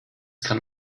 kann